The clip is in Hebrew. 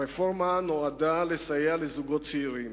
הרפורמה נועדה לסייע לזוגות צעירים,